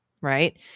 right